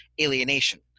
alienation